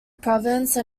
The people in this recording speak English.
province